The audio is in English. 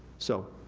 so,